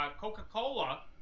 Coca-Cola